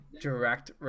direct –